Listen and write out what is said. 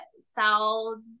sell